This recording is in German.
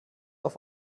auf